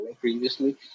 previously